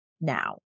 now